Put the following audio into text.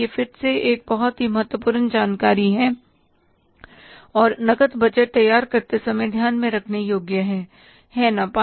यह फिर से एक बहुत ही महत्वपूर्ण जानकारी है और नकद बजट तैयार करते समय ध्यान में रखने योग्य है है ना